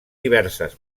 diverses